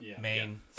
main